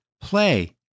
play